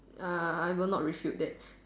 uh I will not refute that